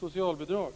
socialbidrag.